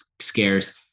scarce